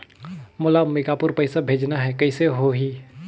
मोला अम्बिकापुर पइसा भेजना है, कइसे होही?